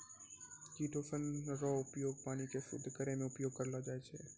chitosan रो उपयोग पानी के शुद्ध करै मे उपयोग करलो जाय छै